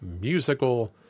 musical